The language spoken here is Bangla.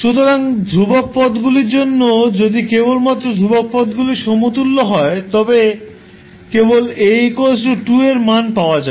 সুতরাং ধ্রুবক পদগুলির জন্য যদি কেবলমাত্র ধ্রুবক পদগুলির সমতুল্য হয় তবে কেবল A 2 এর মান পাওয়া যাবে